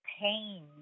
pain